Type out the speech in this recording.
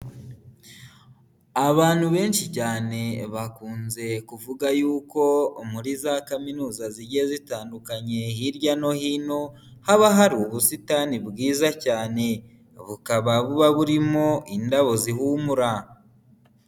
Abantu benshi cyane bakunze kuvuga y'uko muri za kaminuza zigiye zitandukanye hirya no hino, haba hari ubusitani bwiza cyane, bukaba buba burimo indabo zihumura.